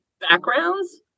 backgrounds